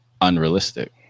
unrealistic